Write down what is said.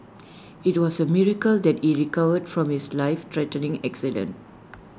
IT was A miracle that he recovered from his lifethreatening accident